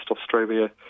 Australia